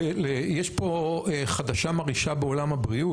יש פה חדשה מרעישה בעולם הבריאות,